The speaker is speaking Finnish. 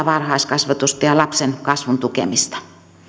varhaiskasvatusta ja lapsen kasvun tukemista